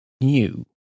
new